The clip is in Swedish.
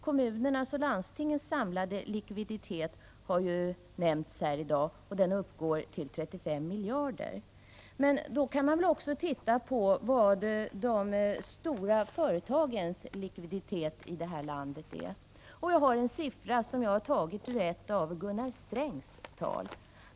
Kommunernas och landstingens samlade likviditet har nämnts i dag, och den uppgår till 35 miljarder. Men då kan man väl också titta på de stora företagens likviditet. Jag har en siffra som jag har tagit ur ett av Gunnar Strängs tal.